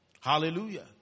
Hallelujah